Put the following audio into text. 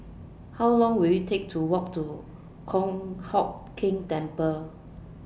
How Long Will IT Take to Walk to Kong Hock Keng Temple